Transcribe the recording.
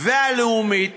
והלאומית